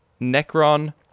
Necron